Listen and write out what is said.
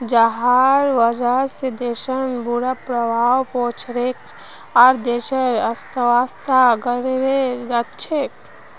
जहार वजह से देशत बुरा प्रभाव पोरछेक आर देशेर अर्थव्यवस्था गड़बड़ें जाछेक